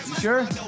Sure